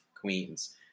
Queens